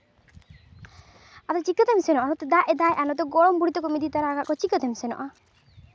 ᱟᱫᱚ ᱪᱤᱠᱟᱛᱮᱢ ᱥᱮᱱᱚᱜᱼᱟ ᱱᱚᱛᱮ ᱫᱟᱜ ᱮᱫᱟᱭ ᱟᱨ ᱱᱚᱛᱮ ᱜᱚᱲᱚᱢ ᱵᱩᱲᱦᱤ ᱛᱟᱠᱚᱢ ᱤᱫᱤ ᱛᱚᱨᱟ ᱟᱠᱟᱫ ᱠᱚᱣᱟ ᱪᱤᱠᱟᱹᱛᱮᱢ ᱥᱮᱱᱚᱜᱼᱟ